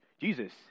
Jesus